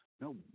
no